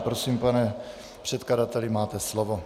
Prosím, pane předkladateli, máte slovo.